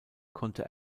konnte